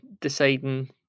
deciding